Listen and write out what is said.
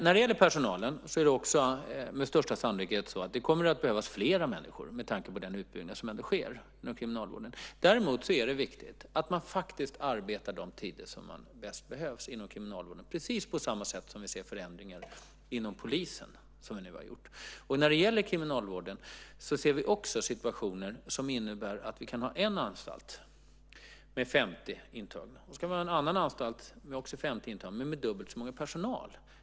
När det gäller personalen är det med största sannolikhet så att det kommer att behövas fler människor, med tanke på den utbyggnad som sker inom kriminalvården. Däremot är det viktigt att man arbetar de tider då man bäst behövs inom kriminalvården, precis på samma sätt som de förändringar vi nu har gjort inom polisen innebär. När det gäller kriminalvården ser vi också situationer som innebär att en anstalt kan ha 50 intagna och en annan anstalt också kan ha 50 intagna men med dubbelt så många i personalen.